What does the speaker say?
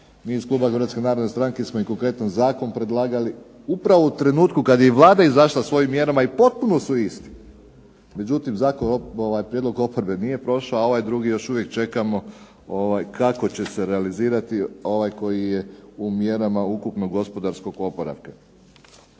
stranke smo konkretan zakon predlagali. Upravo u trenutku kada je Vlada izašla s ovim mjerama i potpuno su iste. Međutim, Zakon, prijedlog oporbe nije prošao a ovaj drugi još uvijek čekamo kako će se realizirati ovaj koji je u mjerama ukupnog gospodarskog oporavka.